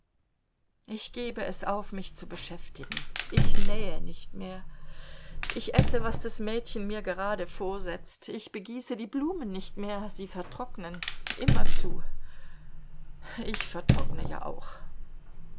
ich gebe es auf mich zu beschäftigen ich nähe nicht mehr ich esse was das mädchen mir gerade vorsetzt ich begieße die blumen nicht mehr sie vertrocknen immerzu ich vertrockne ja auch